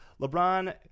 LeBron